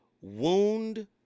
wound